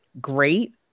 great